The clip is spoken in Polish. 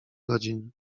godzin